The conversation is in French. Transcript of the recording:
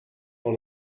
dans